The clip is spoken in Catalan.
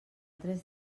tres